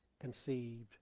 conceived